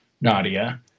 Nadia